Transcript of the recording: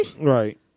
Right